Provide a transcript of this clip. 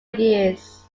years